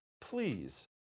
Please